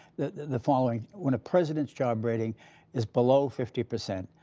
the following. when a president's job rating is below fifty percent,